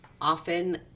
often